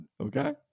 Okay